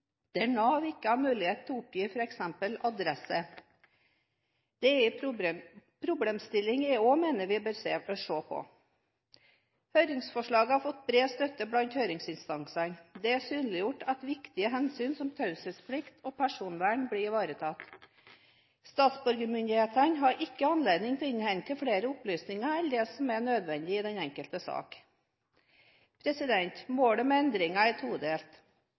der Nav ikke har mulighet til å oppgi f.eks. adresse. Det er en problemstilling jeg også mener vi bør se på. Høringsforslaget har fått bred støtte blant høringsinstansene. Det er synliggjort at viktige hensyn, som taushetsplikt og personvern, blir ivaretatt. Statsborgermyndighetene har ikke anledning til å innhente flere opplysninger enn det som er nødvendig i den enkelte sak. Målet med endringen er todelt.